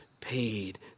paid